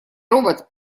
робот